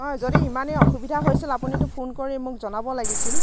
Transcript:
অঁ যদি ইমানেই অসুবিধা হৈছিল আপুনিতো ফোন কৰি মোক জনাব লাগিছিল